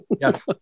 Yes